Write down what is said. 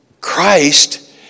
Christ